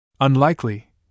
Unlikely